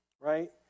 right